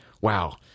wow